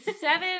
seven